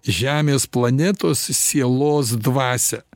žemės planetos sielos dvasią